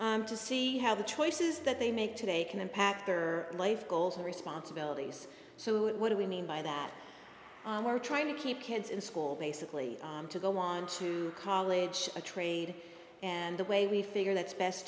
to see how the choices that they make today can impact are life goals and responsibilities so what do we mean by that we're trying to keep kids in school basically to go on to college a trade and the way we figure that's best